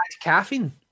caffeine